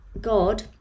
God